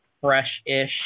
fresh-ish